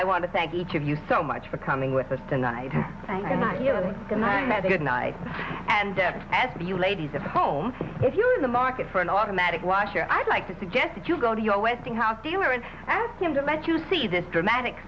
i want to thank each of you so much for coming with us tonight and i met a good night and as the ladies of home if you are the market for an automatic washer i'd like to suggest that you go to your westinghouse dealer and ask him to let you see this dramatic